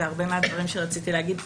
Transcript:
והרבה מהדברים שרציתי להגיד.